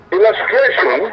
Illustration